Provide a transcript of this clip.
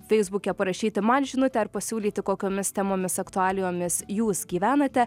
feisbuke parašyti man žinutę ar pasiūlyti kokiomis temomis aktualijomis jūs gyvenate